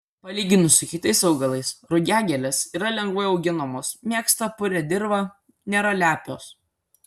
palyginus su kitais augalais rugiagėlės yra lengvai auginamos mėgsta purią dirvą nėra lepios